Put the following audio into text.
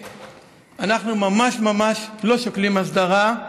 אנחנו ממש ממש לא שוקלים הסדרה.